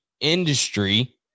industry